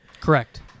Correct